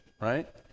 right